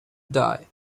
die